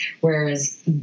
Whereas